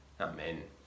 Amen